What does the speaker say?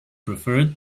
preferred